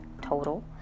total